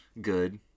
good